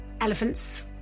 elephants